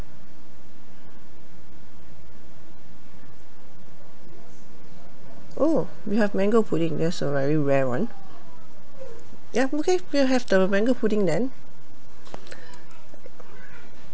oh you have mango pudding that's a very rare [one] ya okay we'll have the mango pudding then